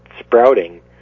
sprouting